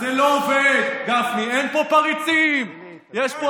אתה לא יהודי גלותי, אתה בארץ ישראל.